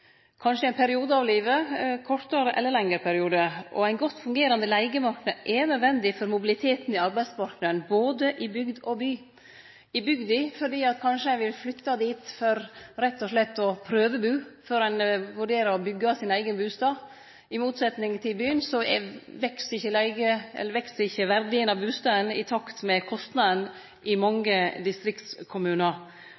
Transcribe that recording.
kanskje i ein kortare eller lengre periode av livet. Ein godt fungerande leigemarknad er nødvendig for mobiliteten i arbeidsmarknaden både i bygd og by. Det er nødvendig på bygda fordi ein kanskje vil flytte dit for rett og slett å «prøvebu» før ein vurderer å byggje sin eigen bustad – i mange distriktskommunar, i motsetning til i byane, veks ikkje verdien av bustaden i takt med kostnadane – og i